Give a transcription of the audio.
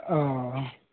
oh